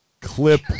Clip